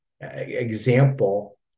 example